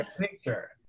picture